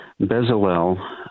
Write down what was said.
Bezalel